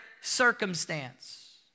circumstance